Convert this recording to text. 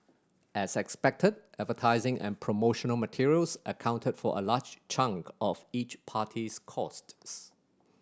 as expected advertising and promotional materials accounted for a large chunk of each party's costs